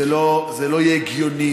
זה לא יהיה הגיוני.